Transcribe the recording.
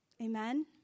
Amen